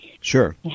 Sure